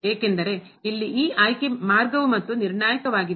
ಏಕೆಂದರೆ ಇಲ್ಲಿ ಈ ಆಯ್ಕೆ ಮಾರ್ಗವು ಮತ್ತೆ ನಿರ್ಣಾಯಕವಾಗಿದೆ